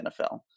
NFL